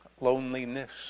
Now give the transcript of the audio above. loneliness